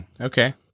Okay